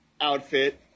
outfit